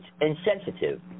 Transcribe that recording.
insensitive